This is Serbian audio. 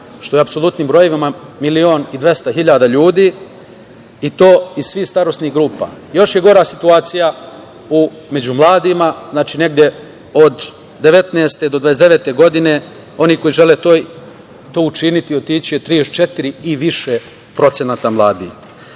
što je u apsolutnim brojevima milion ili 200 hiljada ljudi i to iz svih starosnih grupa. Još je gora situacija među mladima, znači, negde od 19. do 29. godine, oni koji žele to učiniti, otići, je 34 i više procenata